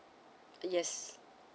yes